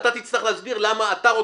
ואתה תצטרך להסביר למה אתה רוצה,